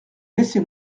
laissez